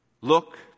Look